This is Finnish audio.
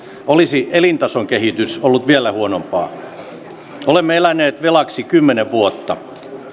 olisi elintason kehitys ollut vielä huonompaa olemme eläneet velaksi kymmenen vuotta